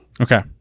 Okay